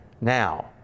now